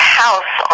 house